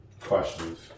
questions